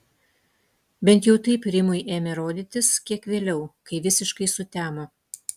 bent jau taip rimui ėmė rodytis kiek vėliau kai visiškai sutemo